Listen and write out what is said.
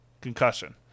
Concussion